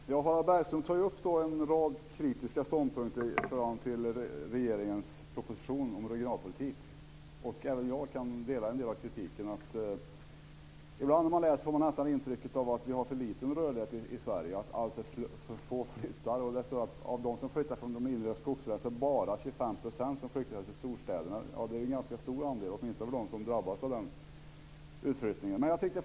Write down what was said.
Herr talman! Harald Bergström tar upp en rad kritiska ståndpunkter i förhållande till regeringens proposition om regionalpolitik. Jag kan dela en del av den kritiken. Ibland får man nästan intrycket att vi har för liten rörlighet i Sverige och att alltför få flyttar. Av dem som flyttar från skogslänen är det "bara" 25 % som flyttar till storstäderna. Det är ju en ganska stor andel, åtminstone för dem som drabbas av utflyttningen.